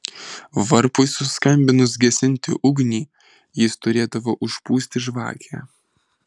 varpui suskambinus gesinti ugnį jis turėdavo užpūsti žvakę